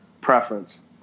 preference